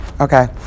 Okay